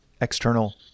external